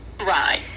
Right